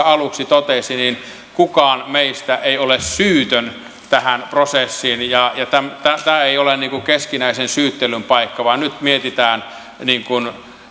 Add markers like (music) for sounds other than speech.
(unintelligible) aluksi totesi kukaan meistä ei ole syytön tähän prosessiin ja tämä ei ole keskinäisen syyttelyn paikka vaan nyt mietitään niin kuin